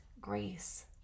grace